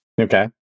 Okay